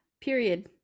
Period